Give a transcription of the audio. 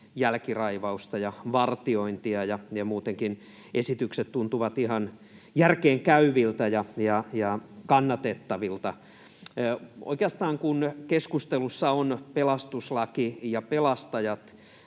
jälkiraivausta ja vartiointia, ja muutenkin esitykset tuntuvat ihan järkeenkäyviltä ja kannatettavilta. Oikeastaan, kun keskustelussa on pelastuslaki ja pelastajat